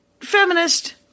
feminist